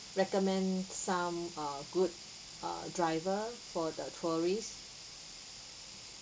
recommend some uh good uh driver for the tourists